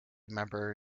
member